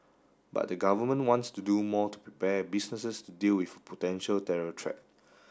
but the Government wants to do more to prepare businesses to deal with potential terror threat